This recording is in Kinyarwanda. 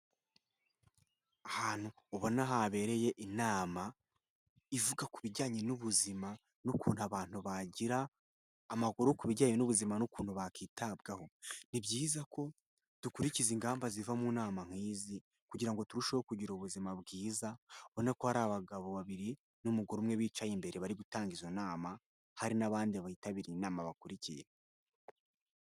Ahantu ubona habereye inama ivuga ku bijyanye n'ubuzima n'ukuntu abantu bagira amakuru ku bijyanye n'ubuzima n'ukuntu bakwitabwaho. Ni byiza ko dukurikiza ingamba ziva mu nama nk'izi kugira ngo turusheho kugira ubuzima bwiza ubona ko hari abagabo babiri n'umugore umwe bicaye imbere bari gutanga izo nama hari n'abandi bitabiriye inama bakurikiye.